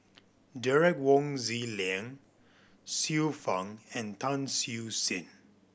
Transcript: Derek Wong Zi Liang Xiu Fang and Tan Siew Sin